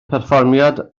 perfformiad